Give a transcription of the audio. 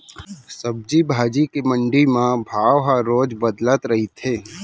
सब्जी भाजी के मंडी म भाव ह रोज बदलत रहिथे